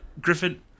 Griffin